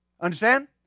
Understand